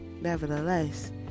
Nevertheless